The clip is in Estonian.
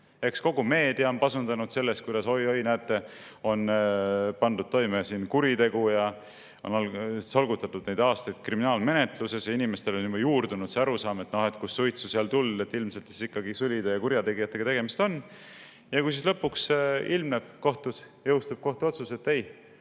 Kogu meedia on pasundanud sellest, kuidas, oi-oi, näete, on pandud toime kuritegu, ja on solgutatud neid aastaid kriminaalmenetluses ja inimestel on juba juurdunud see arusaam, et kus suitsu, seal tuld, ilmselt ikkagi sulide ja kurjategijatega tegemist on. Ja kui siis lõpuks ilmneb kohtus ja jõustub kohtuotsus, et nad